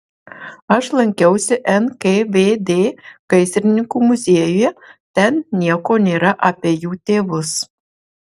aš lankiausi nkvd gaisrininkų muziejuje ten nieko nėra apie jų tėvus